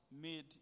made